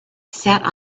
sat